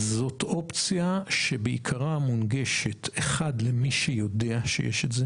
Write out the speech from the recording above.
זאת אופציה שבעיקרה מונגשת למי שיודע שיש את זה